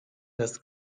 das